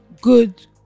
Good